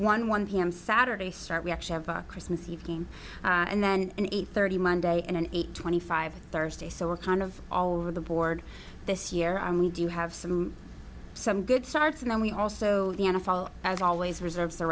one one p m saturday start we actually have a christmas eve game and then an eight thirty monday and an eight twenty five thursday so we're kind of all over the board this year on we do have some some good starts and then we also the n f l has always reserves t